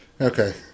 Okay